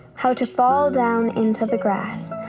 how to fall down into the grass,